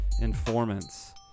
Informants